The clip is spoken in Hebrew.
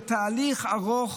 זה תהליך ארוך,